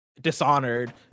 Dishonored